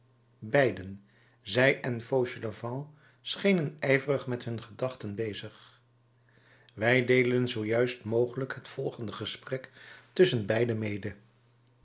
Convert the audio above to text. beiden zij en fauchelevent schenen ijverig met hun gedachten bezig wij deelen zoo juist mogelijk het volgende gesprek tusschen beiden mede